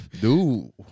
Dude